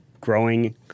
growing